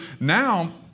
now